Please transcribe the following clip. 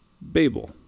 Babel